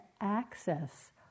access